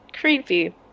Creepy